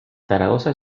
zaragoza